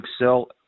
excel